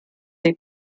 dei